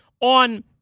on